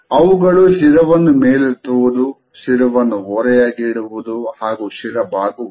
ಅವುಗಳು ಶಿರವನ್ನು ಮೇಲೆತ್ತುವುದು ಶಿರವನ್ನು ಓರೆಯಾಗಿ ಇಡುವುದು ಹಾಗೂ ಶಿರ ಬಾಗುವುದು